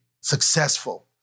successful